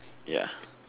ya